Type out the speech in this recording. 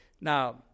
Now